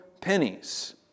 pennies